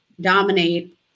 dominate